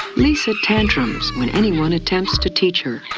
lisa tantrums when anyone attempts to teach her.